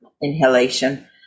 inhalation